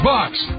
Bucks